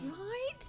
Right